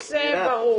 יעקב, הנושא ברור.